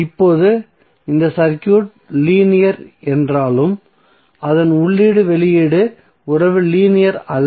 இப்போது இந்த circuit linear என்றாலும் அதன் உள்ளீட்டு வெளியீட்டு உறவு லீனியர் அல்ல